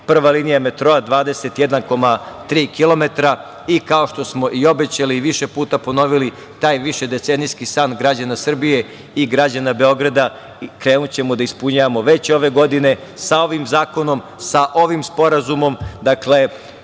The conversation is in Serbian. prva linija metroa 21,3 kilometra. Kao što smo obećali i više puta ponovili, taj višedecenijski san građana Srbije i građana Beograda krenućemo da ispunjavamo već ove godine. Sa ovim zakonom, sa ovim sporazumom,